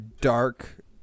dark